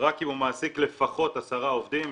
רק אם הוא מעסיק לפחות עשרה עובדים'.